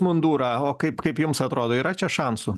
mundurą o kaip kaip jums atrodo yra čia šansų